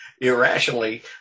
irrationally